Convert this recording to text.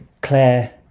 Claire